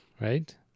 Right